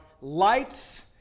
lights